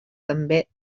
també